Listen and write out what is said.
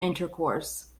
intercourse